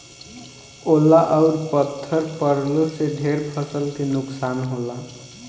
ओला अउर पत्थर पड़लो से ढेर फसल के नुकसान होला